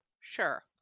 sure